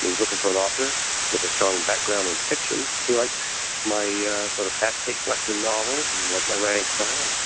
he was looking for an author with a strong background in fiction. he liked my yeah sort of fast-paced western novels and liked like my writing style.